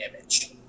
image